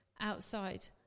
outside